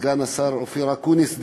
סגן השר אופיר אקוניס,